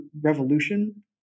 revolution